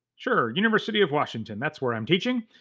sure, university of washington. that's where i'm teaching.